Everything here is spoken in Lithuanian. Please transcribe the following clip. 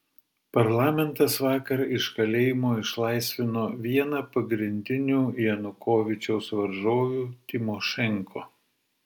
parlamentas vakar iš kalėjimo išlaisvino vieną pagrindinių janukovyčiaus varžovių tymošenko